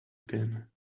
again